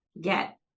get